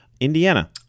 Indiana